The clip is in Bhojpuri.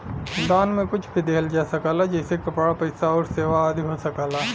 दान में कुछ भी दिहल जा सकला जइसे कपड़ा, पइसा आउर सेवा आदि हो सकला